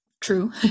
True